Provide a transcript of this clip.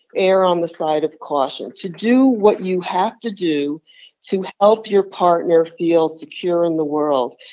err on the side of caution to do what you have to do to help your partner feel secure in the world.